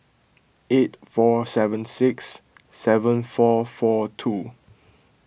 eight four seven six seven four four two